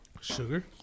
Sugar